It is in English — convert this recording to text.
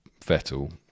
Vettel